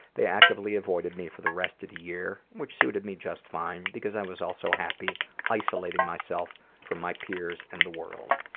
they actively avoided me for the rest of the year, which suited me just fine because i was also happy isolating myself from my peers in the world.